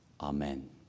Amen